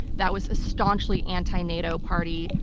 that was a staunchly anti-nato party,